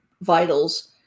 vitals